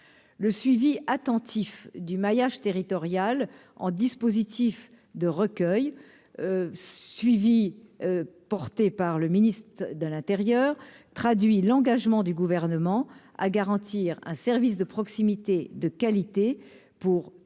le suivi attentif du maillage territorial en dispositifs de recueil suivi porté par le ministe de l'Intérieur, traduit l'engagement du gouvernement à garantir un service de proximité de qualité pour